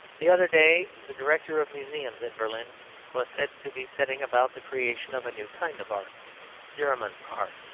the other day the director of museums in berlin was said to be setting about the creation of a new kind of art german art.